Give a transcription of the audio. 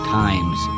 times